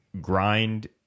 grind